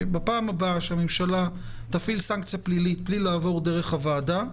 בפעם הבאה שהממשלה תטיל סנקציה פלילית בלי לעבור דרך הוועדה,